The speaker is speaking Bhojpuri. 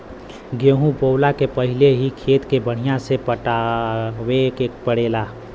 गेंहू बोअला के पहिले ही खेत के बढ़िया से पटावे के पड़ेला